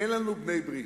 אין לנו בעלי-ברית.